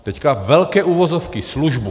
Teď velké uvozovky službu.